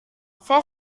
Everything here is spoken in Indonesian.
saya